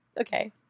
Okay